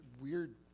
weird